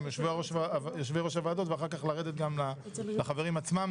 יושבי-ראש ועדות ואחר כך לרדת גם לחברים עצמם.